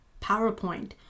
PowerPoint